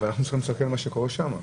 אבל אנחנו צריכים לראות מה קורה שם.